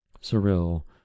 cyril